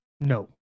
No